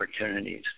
opportunities